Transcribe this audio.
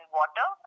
water